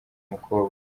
mukobwa